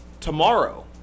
tomorrow